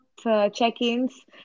Check-ins